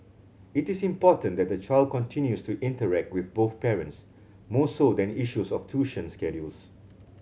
it is important that the child continues to interact with both parents more so than issues of tuition schedules